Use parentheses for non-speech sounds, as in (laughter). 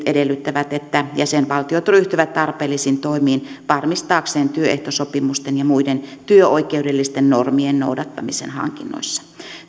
(unintelligible) edellyttävät että jäsenvaltiot ryhtyvät tarpeellisiin toimiin varmistaakseen työehtosopimusten ja muiden työoikeudellisten normien noudattamisen hankinnoissa